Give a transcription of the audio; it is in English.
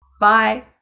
Bye